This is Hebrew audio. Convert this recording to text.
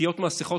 עטיית מסכות,